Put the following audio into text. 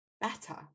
better